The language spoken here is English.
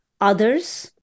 others